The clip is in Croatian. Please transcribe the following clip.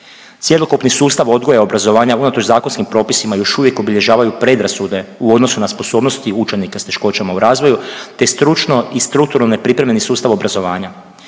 Cjelokupni sustav odgoja i obrazovanja, unatoč zakonskim propisima još uvijek obilježavaju predrasude u odnosu na sposobnosti učenika s teškoćama u razvoju te stručno i strukturalno pripremljeni sustav obrazovanja.